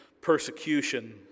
persecution